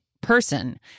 person